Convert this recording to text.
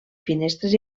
finestres